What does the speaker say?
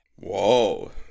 Whoa